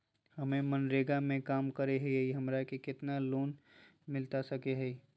हमे मनरेगा में काम करे हियई, हमरा के कितना लोन मिलता सके हई?